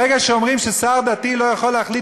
ברגע שאומרים ששר דתי לא יכול להחליט